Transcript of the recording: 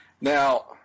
Now